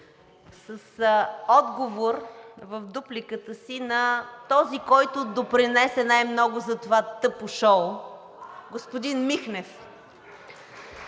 с отговор в дупликата си на този, който допринесе най-много за това тъпо шоу – господин Михнев.